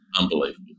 unbelievable